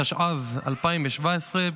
התשע"ז 2017,